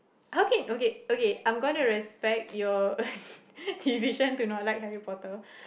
how can okay okay I am gonna respect your decision to not like Harry-Potter